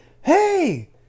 Hey